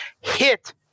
hit